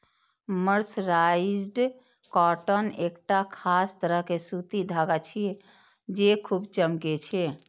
mercerised cotton एकटा खास तरह के सूती धागा छियै, जे खूब चमकै छै